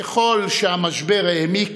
ככל שהמשבר העמיק,